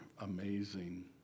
amazing